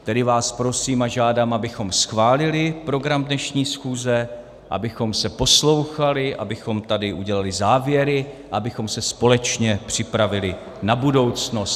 Tedy vás prosím a žádám, abychom schválili program dnešní schůze, abychom se poslouchali, abychom tady udělali závěry a abychom se společně připravili na budoucnost.